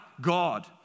God